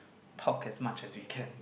talk as much as we can